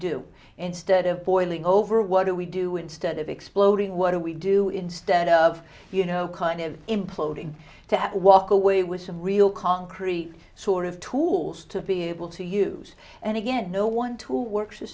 do instead of boiling over what do we do instead of exploding what do we do instead of you know kind of imploding to have to walk away with some real concrete sort of tools to be able to use and again no one tool works the